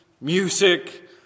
music